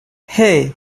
hey